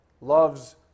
loves